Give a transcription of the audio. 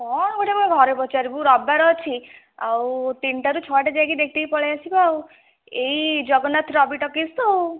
କଣ ଗୋଟେ ମ ଘରେ ପଚାରିବୁ ରବିବାର ଅଛି ଆଉ ତିନିଟା ରୁ ଛଅ ଟା ଯାଏ ଦେଖିକି ପଳେଇ ଆସିବା ଆଉ ଏଇ ଜଗନ୍ନାଥ ରବି ଟକିଜ୍ ତ ଆଉ